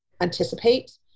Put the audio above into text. anticipate